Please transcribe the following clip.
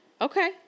Okay